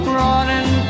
running